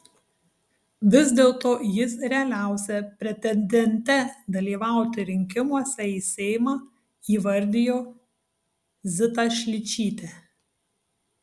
vis dėlto jis realiausia pretendente dalyvauti rinkimuose į seimą įvardijo zitą šličytę